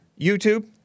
YouTube